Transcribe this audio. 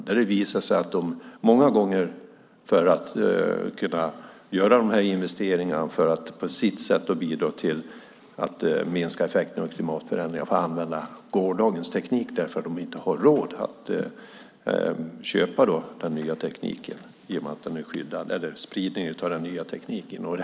Det visar sig att de, för att kunna göra investeringar och bidra till att minska effekterna av klimatförändringarna, måste använda gårdagens teknik eftersom de inte har råd att köpa den nya tekniken eftersom spridningen av den är skyddad.